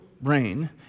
brain